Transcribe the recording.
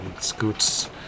scoots